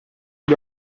gli